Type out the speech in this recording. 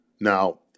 Now